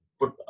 put